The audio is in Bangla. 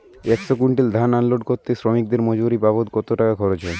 একশো কুইন্টাল ধান আনলোড করতে শ্রমিকের মজুরি বাবদ কত টাকা খরচ হয়?